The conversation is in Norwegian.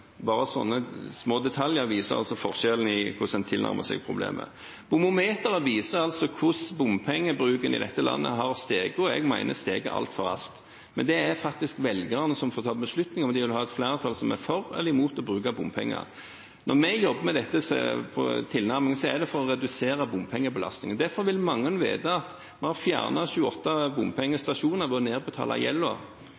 Bare sånne små detaljer viser altså forskjellen i hvordan man tilnærmer seg problemet. Bomometeret viser altså hvordan bompengebruken i dette landet har steget, og jeg mener den har steget altfor raskt. Men det er faktisk velgerne som får ta beslutningen om de vil ha et flertall som er for eller imot å bruke bompenger. Når vi jobber med tilnærmingen til dette, er det for å redusere bompengebelastningen. Derfor vil mange vite at vi har fjernet 28